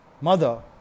mother